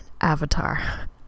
avatar